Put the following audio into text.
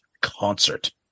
concert